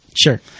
Sure